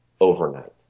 overnight